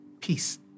peace